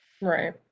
right